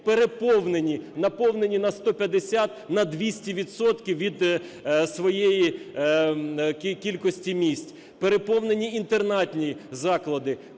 переповнені, наповнені на 150, на 200 відсотків від своєї кількості місць, переповнені інтернатні заклади,